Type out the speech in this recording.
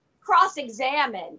cross-examine